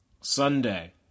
Sunday